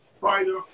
fighter